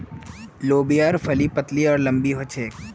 लोबियार फली पतली आर लम्बी ह छेक